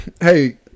Hey